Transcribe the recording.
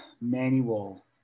manual